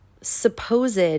supposed